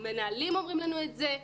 מנהלים אומרים לנו את זה,